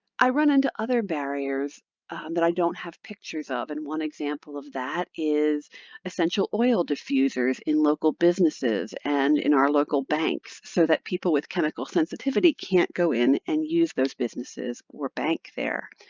i run into other barriers that i don't have pictures of. and one example of that is essential oil diffusers in local businesses and in our local banks so that people with chemical sensitivity can't go in and use those businesses or bank there.